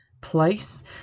place